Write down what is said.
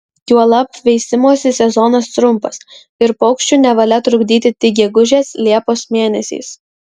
juolab veisimosi sezonas trumpas ir paukščių nevalia trukdyti tik gegužės liepos mėnesiais